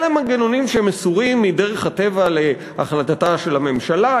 אלה מנגנונים שמסורים מדרך הטבע להחלטתה של הממשלה.